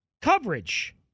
coverage